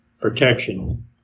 protection